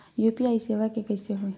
UPI सेवा के कइसे होही?